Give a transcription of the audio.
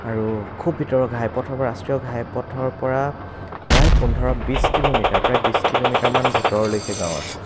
আৰু খুব ভিতৰৰ ঘাইপথৰ পৰা ৰাষ্ট্ৰীয় ঘাইপথৰ পৰা প্ৰায় পোন্ধৰ বিছ কিলোমিটাৰ প্ৰায় বিছ কিলোমিটাৰমান ভিতৰলৈকে গাঁও আছে